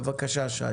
בבקשה, שי.